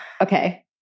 Okay